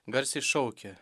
garsiai šaukia